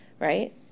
right